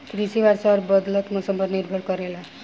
कृषि वर्षा और बदलत मौसम पर निर्भर करेला